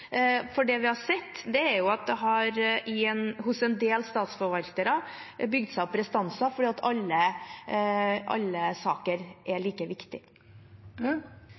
Det vi har sett, er at det hos en del statsforvaltere har bygd seg opp restanser fordi alle saker er like